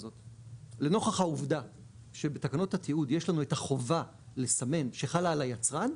לנוכח העובדה שבתקנות התיעוד יש לנו את החובה לסמן שחלה על היצרן,